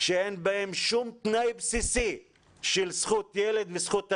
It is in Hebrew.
שאין בהם שום תנאי בסיסי של זכות ילד וזכות אדם.